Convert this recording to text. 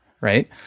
Right